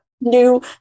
new